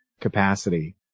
capacity